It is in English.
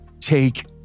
take